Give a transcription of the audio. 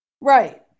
Right